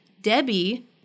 Debbie